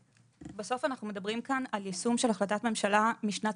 בסוף אנחנו מדברים כאן על יישום של החלטת ממשלה משנת